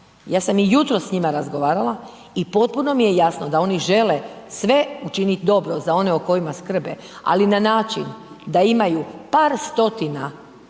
ja sam i jutros s njima razgovarala i potpuno mi je jasno da oni žele sve učiniti dobro za one o kojima skrbe, ali na način da imaju par stotina